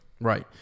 Right